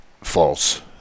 False